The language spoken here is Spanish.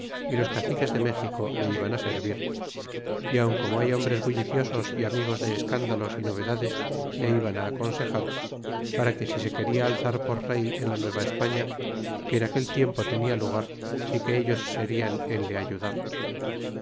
y los caciques de méxico le iban á servir y aun como hay hombres bulliciosos y amigos de escándalos e novedades le iban aconsejar para que si se quena alzar por rey en la nueva espeña que en aquel tiempo tenia lugar y que ellos serian en le ayudar